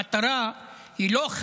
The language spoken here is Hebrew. המטרה היא לא,